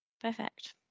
Perfect